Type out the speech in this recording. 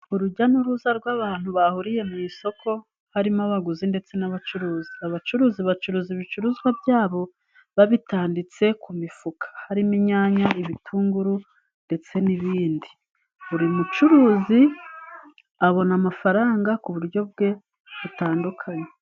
Urujya n'uruza rw'abantu bahuriye mu isoko harimo abaguzi ndetse n'abacuruzi abacuruzi bacuruza ibicuruzwa byabo babitanditse ku mifuka harimo: inyanya, ibitunguru ndetse n'ibindi, buri mucuruzi abona amafaranga ku buryo bwe butandukanye.